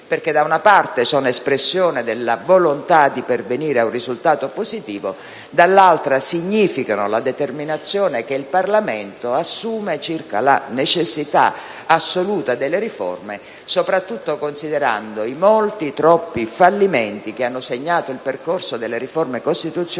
perché da una parte sono espressione della volontà di pervenire a un risultato positivo, dall'altra significano la determinazione che il Parlamento assume circa la necessità assoluta delle riforme, soprattutto considerando i molti, troppi fallimenti che hanno segnato il percorso delle riforme costituzionali